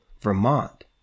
vermont